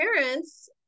parents